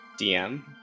dm